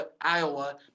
Iowa